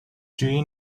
جویی